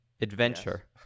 adventure